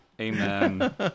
Amen